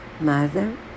mother